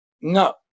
no